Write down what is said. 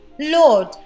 Lord